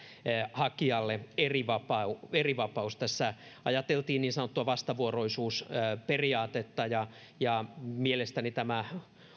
hakijalle erivapaus erivapaus tässä ajateltiin niin sanottua vastavuoroisuusperiaatetta mielestäni tämä